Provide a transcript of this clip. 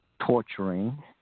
torturing